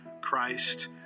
Christ